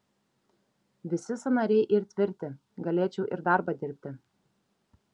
visi sąnariai yr tvirti galėčiau ir darbą dirbti